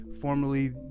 formerly